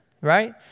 right